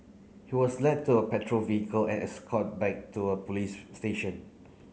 he was led to a patrol vehicle and escort back to a police station